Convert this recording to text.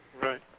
Right